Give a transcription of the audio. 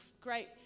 great